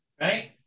Right